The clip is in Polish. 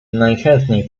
najchętniej